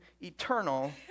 eternal